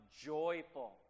joyful